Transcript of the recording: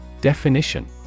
Definition